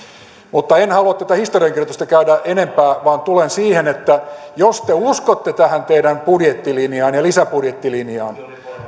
mutta en halua tätä historiankirjoitusta käydä enempää vaan tulen siihen että jos te uskotte tähän teidän budjettilinjaanne ja lisäbudjettilinjaanne